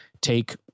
take